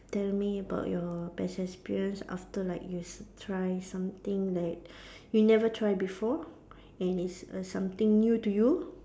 tell me about your best experience after like you try something like you never try before and it's a something new to you